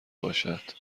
باشد